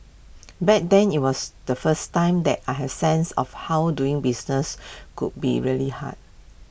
back then IT was the first time that I had sense of how doing business could be really hard